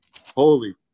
Holy